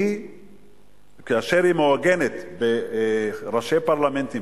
כאשר היא מעוגנת אצל ראשי פרלמנטים,